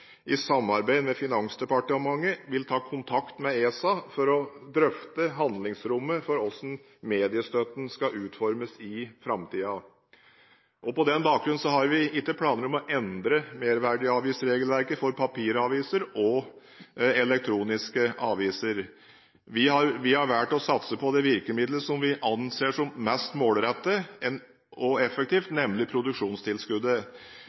i samarbeid med Finansdepartementet vil ta kontakt med ESA for å drøfte handlingsrommet for hvordan mediestøtten skal utformes i framtiden. På den bakgrunn har vi ikke planer om å endre merverdiavgiftsregelverket for papiraviser og elektroniske aviser. Vi har valgt å satse på det virkemiddelet vi anser mest målrettet og effektivt, nemlig produksjonstilskuddet. Vi har økt den økonomiske rammen for dette i år, og